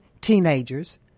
teenagers